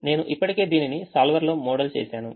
నేను ఇప్పటికే దీనిని solver లో మోడల్ చేసాను